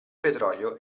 petrolio